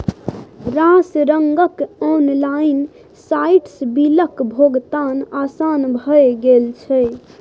रास रंगक ऑनलाइन साइटसँ बिलक भोगतान आसान भए गेल छै